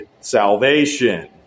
salvation